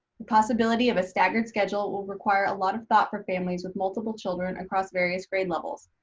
the possibility of a staggered schedule will require a lot of thought for families with multiple children across various grade levels,